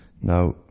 Now